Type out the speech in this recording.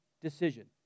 decision